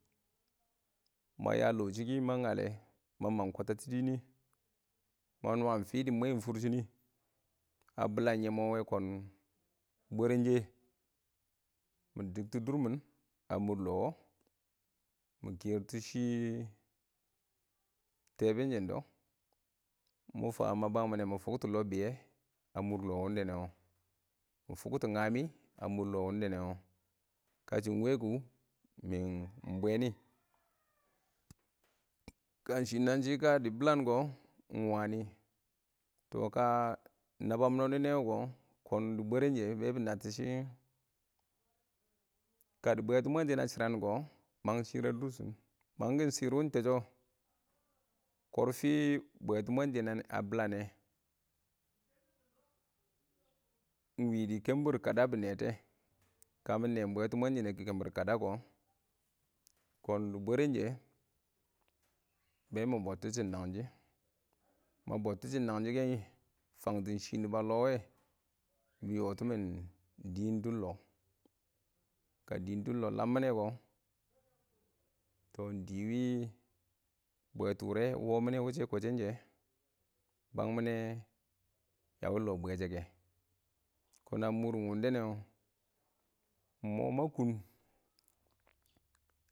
Ma ya lɔ shɪ kɪ, ma ngalɛ, ma mang kwatatɔ dɪɪ nɪ, ma nwaam fɪ dɪ mwɛɛn fʊrshɪn nɪ, a bɪlam yɛ mɔ wɛ, kɔn bwərənshə mɪ dɪktɔ dʊrmɪn a mʊr lɔ wɔ, mɪ kɛɛr tʊn shɪ tɛɛbʊn shɪn dɔ mɔ fa ma bang mɪnɛ, mɪ fʊktɔ lɔbbɪyɛ a mʊr lɔ wɪnɪ nɛ wɔ, mɪ fʊktɔ ngamɪ a mʊr lɔ wɪn dɛ nɛ wɔ, kashɪ ɪng wɛ kʊ mɪ ɪng bwɛnɪ, ka shɪ naan shɪ kadɪ bɪlang kɔ ɪng wanɪ tɔ ka nabbam nɔ nɪ nɛ kɔ, kɔn dɪ bwərən shɛ, be bɪ nattɔ shɪ, ka dɪ bwɛtʊ mwɛnshɪnɛ a shɪran kɔ, mang shɪrr a dʊr shɪn. Mang kɪn shɪrr wɔ ɪng tɛshɔ, korfi bwetʊ mwɛnshɪnɛ a bɪlang nɛ ɪng wɪ dɪ kɘmbIr kada bɪ nɛ tɔ kɛ. Ka mɪ nɛɛm bwɛtʊ- mwɛn shɪnɛ kəmbir kada kɔ, kɔn dɪ bwərən shɛ be mɪ bɔttɪ shɪn nangshɪ. Ma bɔttɪ shɪm nangshɪ kɛ ɪng fang tɪn shɪ nɪba lɔ wɛ bɪ yɔtɪmɪn dɪɪn dʊb lɔ, ka dɪɪn dʊb lɔ lammi nɛ kɔ, tɔ ɪng dɪ wɪ bwɛtʊ wʊrɛ wɔ mɪnɛ wʊshɛ kwashɛnshɛ bang mɪnɛ lɔ bwɛshɛ kɛ, kɔn a mʊrɪn wɪn dɛ nɛ wɔ ɪng mɔ ma kʊn.